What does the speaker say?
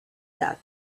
that